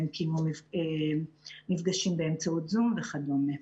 הם קיימו מפגשים באמצעות זום וכדומה.